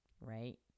right